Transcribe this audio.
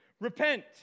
Repent